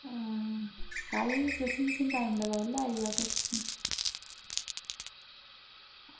कल दिक्खेओ जेल्लै टैम लग्गग उल्लै आई जाह्ग